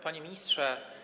Panie Ministrze!